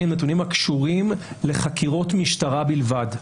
הם נתונים הקשורים לחקירות משטרה בלבד.